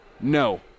no